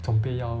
准备要